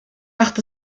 macht